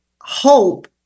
hope